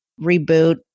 reboot